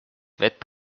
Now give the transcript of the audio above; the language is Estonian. vett